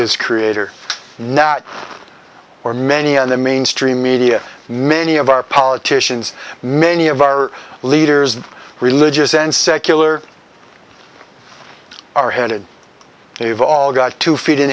his creator not for many on the mainstream media many of our politicians many of our leaders and religious and secular are headed we've all got to feed in